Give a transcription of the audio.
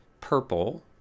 purple